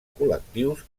col·lectius